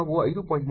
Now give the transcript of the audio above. ಯಾವುದನ್ನು ನಾವು 5